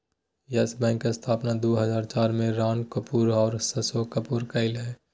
yes Bank स्थापना दू हजार चार में राणा कपूर और अशोक कपूर कइलकय